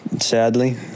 sadly